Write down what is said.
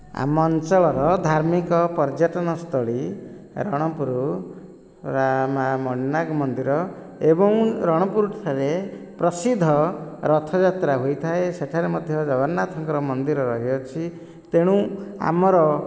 ଆମ ଅଞ୍ଚଳର ଧାର୍ମିକ ପର୍ଯ୍ୟଟନସ୍ଥଳୀ ରଣପୁର ମଣିନାଗ ମନ୍ଦିର ଏବଂ ରଣପୁର ଠାରେ ପ୍ରସିଦ୍ଧ ରଥଯାତ୍ରା ହୋଇଥାଏ ସେଠାରେ ମଧ୍ୟ ଜଗନ୍ନାଥଙ୍କ ମନ୍ଦିର ରହିଅଛି ତେଣୁ ଆମର